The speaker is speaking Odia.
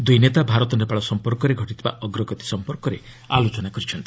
ଦୁଇ ନେତା ଭାରତ ନେପାଳ ସମ୍ପର୍କରେ ଘଟିଥିବା ଅଗ୍ରଗତି ସମ୍ପର୍କରେ ଆଲୋଚନା କରିଛନ୍ତି